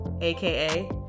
AKA